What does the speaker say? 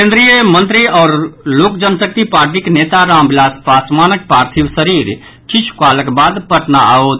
केन्द्रीय मंत्री आओर लोक जनशक्ति पार्टीक नेता रामविलास पासवानक पार्थिव शरीर किछु कालक बाद पटना आओत